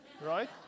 right